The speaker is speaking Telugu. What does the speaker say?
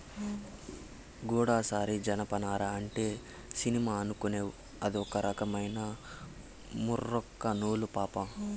గూడసారి జనపనార అంటే సినిమా అనుకునేవ్ అదొక రకమైన మూరొక్క నూలు పాపా